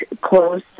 close